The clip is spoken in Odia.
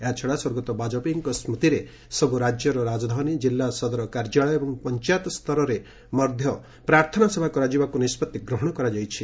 ଏହାଛଡ଼ା ସ୍ୱର୍ଗତ ବାଜପେୟୀଙ୍କ ସ୍କୁତିରେ ସବୁ ରାଜ୍ୟର ରାଜଧାନୀ ଜିଲ୍ଲା ସଦର କାର୍ଯ୍ୟାଳୟ ଏବଂ ପଞ୍ଚାୟତସ୍ତରରେ ମଧ୍ୟ ପ୍ରାର୍ଥନା ସଭା କରାଯିବାକୁ ନିଷ୍କଭି ନିଆଯାଇଛି